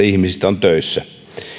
ihmisistä on töissä